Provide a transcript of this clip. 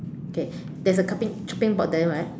okay there is a cutting chopping board there right